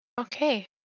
Okay